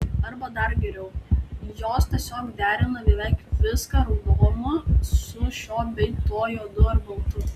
arba dar geriau jos tiesiog derina beveik viską raudoną su šiuo bei tuo juodu ar baltu